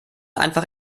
einfach